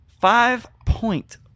Five-Point